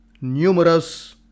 numerous